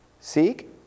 seek